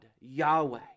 Yahweh